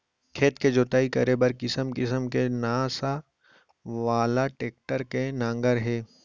खेत के जोतई करे बर किसम किसम के नास वाला टेक्टर के नांगर हे